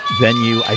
venue